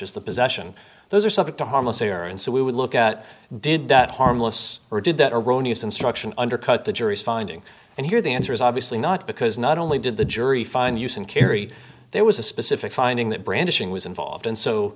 as the possession those are subject to harmless error and so we would look at did that harmless or did that erroneous instruction undercut the jury's finding and here the answer is obviously not because not only did the jury find use and carry there was a specific finding that brandishing was involved and so